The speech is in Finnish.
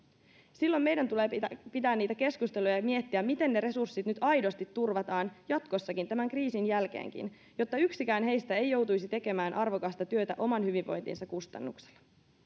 silloin meidän tulee pitää niitä keskusteluja ja ja miettiä miten ne resurssit nyt aidosti turvataan jatkossakin tämän kriisin jälkeenkin jotta yksikään heistä ei joutuisi tekemään arvokasta työtä oman hyvinvointinsa kustannuksella